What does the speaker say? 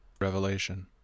Revelation